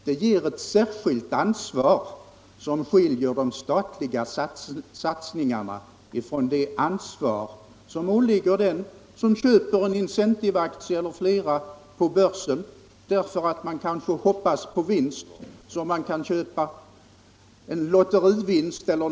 Det ger ett särskilt ansvar som skiljer de statliga satsningarna från satsningen när någon köper Incentiveaktier på börsen därför att vederbörande kanske hoppas på vinst, säkrare än på en lotterivinst e. d.